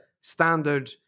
standard